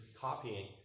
copying